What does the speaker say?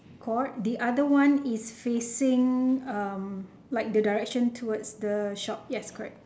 court the other one is facing um like the direction towards the shop yes correct